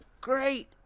Great